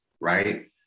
right